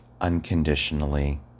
unconditionally